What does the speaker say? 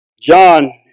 John